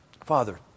Father